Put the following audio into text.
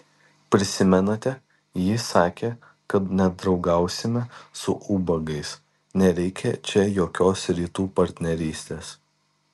prisimenate ji sakė kad nedraugausime su ubagais nereikia čia jokios rytų partnerystės